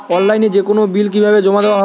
অনলাইনে যেকোনো বিল কিভাবে জমা দেওয়া হয়?